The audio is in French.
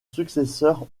successeur